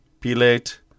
Pilate